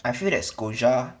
I feel that scojah